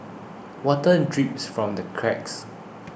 water drips from the cracks